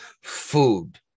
food